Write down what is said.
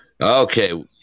Okay